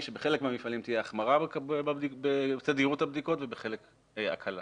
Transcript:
שבחלק מהמפעלים תהיה החמרה בתדירות הבדיקות ובחלק הקלה.